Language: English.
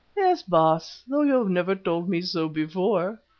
yes, baas, though you never told me so before.